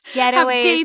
getaways